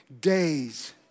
days